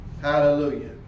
Hallelujah